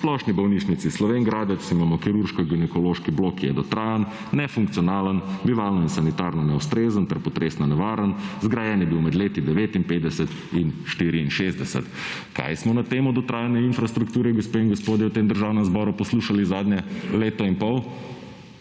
Splošni bolnišnici Slovenj Gradec imamo kirurško ginekološki blok, ki je dotrajan, nefunkcionalen, bivalno in sanitarno neustrezen, ter potresno nevaren, zgrajen je bil med leti 1959 in 1964. Kaj smo na temo dotrajane infrastrukture, gospe in gospodje, v tem Državnem zboru poslušali zadnje leto in pol?